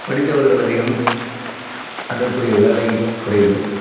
படித்தவர்கள் அதிகம் அதற்குரிய வேலை குறைவு